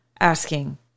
asking